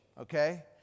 okay